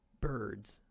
birds